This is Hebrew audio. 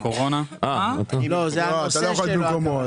זה הנושא שלו.